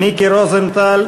מיקי רוזנטל,